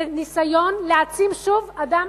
זה ניסיון להעצים אדם